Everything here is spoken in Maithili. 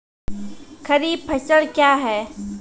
खरीफ फसल क्या हैं?